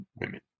women